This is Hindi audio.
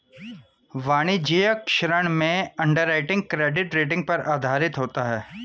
वाणिज्यिक ऋण में अंडरराइटिंग क्रेडिट रेटिंग पर आधारित होता है